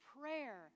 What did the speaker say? prayer